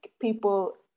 people